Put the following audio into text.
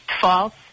False